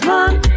one